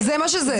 אבל זה מה שזה.